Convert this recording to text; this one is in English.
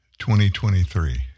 2023